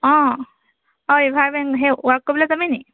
অঁ অ' river bank সেই ৱাক কৰিবলৈ যাবি নেকি